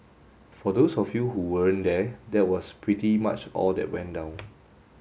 for those of you who weren't there that was pretty much all that went down